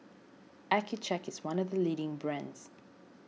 Accucheck is one of the leading brands